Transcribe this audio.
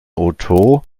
otoo